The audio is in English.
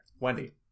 Wendy